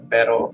Pero